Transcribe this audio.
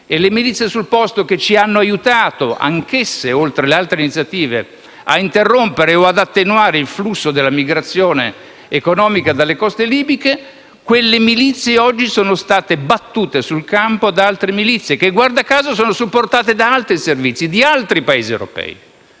Le milizie, che ci hanno anch'esse aiutato, oltre alle altre iniziative, a interrompere o ad attenuare il flusso della migrazione economica dalle coste libiche, oggi sono state battute sul campo da altre milizie che, guarda caso, sono supportate da Servizi di altri Paesi europei.